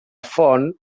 font